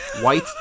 white